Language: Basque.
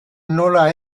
nola